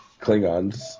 Klingons